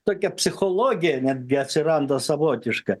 tokia psichologija netgi atsiranda savotiška